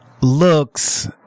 looks